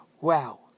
Wow